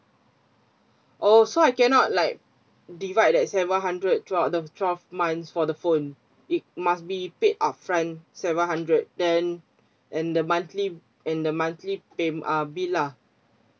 oh so I cannot like divide that seven hundred twelve twelve months for the phone it must be paid upfront seven hundred then and the monthly and the monthly payment uh bill lah